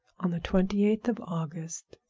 on the twenty-eighth of august,